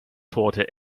torte